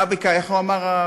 איך הוא אמר,